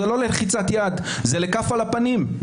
זו לא לחיצת יד אלא זאת כאפה לפנים.